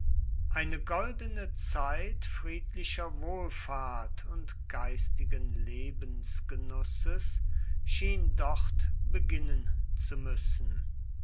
eine goldene zeit friedlicher wohlfahrt und geistigen lebensgenusses schien dort beginnen zu müssen